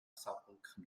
saarbrücken